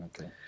Okay